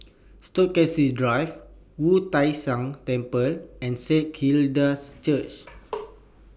Stokesay Drive Wu Tai Shan Temple and Saint Hilda's Church